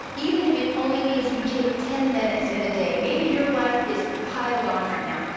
even if it only means you take ten minutes in a day. maybe your life is piled on right now,